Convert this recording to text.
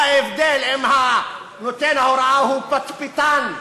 מה ההבדל אם נותן ההוראה הוא פטפטן,